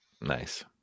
nice